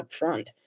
upfront